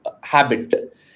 habit